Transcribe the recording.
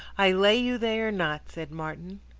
i lay you they are not, said martin.